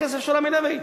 הכסף של "רמי לוי"?